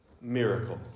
miracle